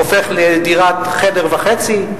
הופך לדירת חדר וחצי.